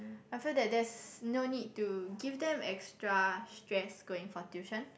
I feel that there's no need to give them extra stress going for tuition